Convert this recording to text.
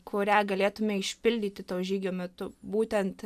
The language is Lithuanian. kurią galėtume išpildyti to žygio metu būtent